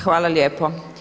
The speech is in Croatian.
Hvala lijepo.